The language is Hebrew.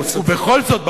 ובכל זאת,